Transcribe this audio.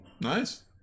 Nice